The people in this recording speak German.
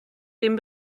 den